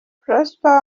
prosper